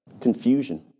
Confusion